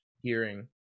hearing